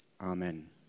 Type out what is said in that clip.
amen